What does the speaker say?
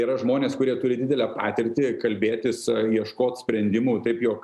yra žmonės kurie turi didelę patirtį kalbėtis ieškot sprendimų taip jog